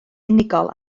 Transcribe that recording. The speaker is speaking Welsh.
unigol